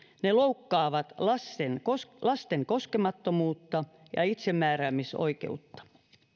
loukkaavat lasten koskemattomuutta ja itsemääräämisoikeutta